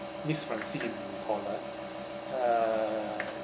miss francine we call her uh